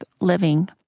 living